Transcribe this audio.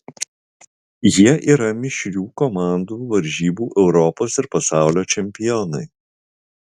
jie yra mišrių komandų varžybų europos ir pasaulio čempionai